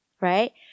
right